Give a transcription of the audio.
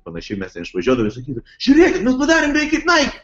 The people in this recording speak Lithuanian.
panašiai mes ten išvažiuodavom ir sakydavom žiūrėkit mes padarėm beveik kaip naik